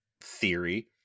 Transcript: theory